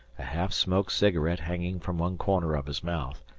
a half-smoked cigarette hanging from one corner of his mouth,